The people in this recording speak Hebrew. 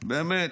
באמת,